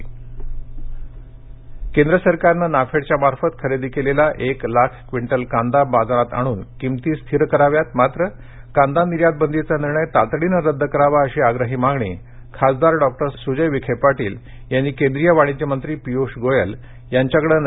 अहमदनगर केंद्र सरकारने नाफेडच्या मार्फत खरेदी केलेल्या एक लाख क्विंटल कांदा बाजारात आणून किमती स्थिर कराव्यात मात्र कांदा निर्यात बंदीचा निर्णय तातडीने रद्द करावा अशी आप्रही मागणी खासदार डॉक्टर सुजय विखे पाटील यांनी केंद्रीय वाणिज्य मंत्री पियुष गोयल यांच्याकडे केली